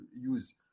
use